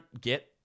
get